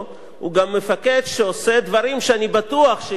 הוא גם מפקד שעושה דברים שאני בטוח שאם מישהו